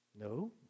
No